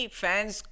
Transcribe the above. fans